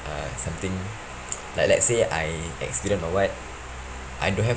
uh something like let's say I accident or what I don't have